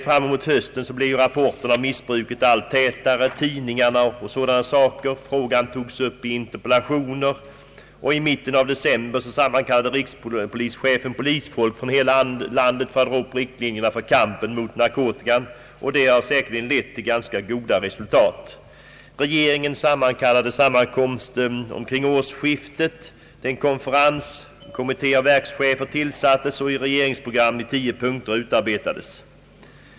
Fram emot hösten blev rapporterna om missbruket allt tätare, frågan togs upp i interpellationer, och i mitten av december sammankallade rikspolischefen polisfolk från hela landet för att dra upp riktlinjerna i kampen mot narkotikan, något som säkerligen lett till ganska goda resultat. Regeringen sammankallade till en konferens omkring årsskiftet, en kommitté av verkschefer tillsattes och ett regeringsprogram i 10 punkter utarbetades.